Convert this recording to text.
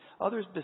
others